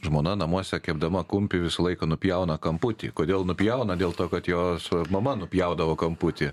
žmona namuose kepdama kumpį visą laiką nupjauna kamputį kodėl nupjauna dėl to kad jos mama nupjaudavo kamputį